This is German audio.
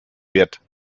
wird